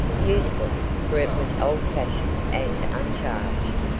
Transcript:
useless, for it was old-fashioned and uncharged.